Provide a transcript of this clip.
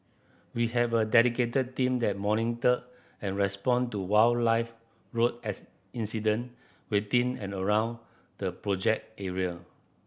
we have a dedicated team that monitor and respond to wildlife road incident within and around the project area